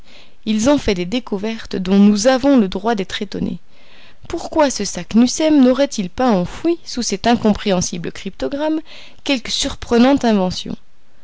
ils ont fait des découvertes dont nous avons le droit d'être étonnés pourquoi ce saknussemm n'aurait-il pas enfoui sous cet incompréhensible cryptogramme quelque surprenante invention